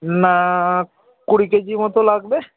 না কুড়ি কেজি মতো লাগবে